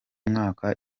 mwaka